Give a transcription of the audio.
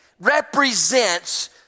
represents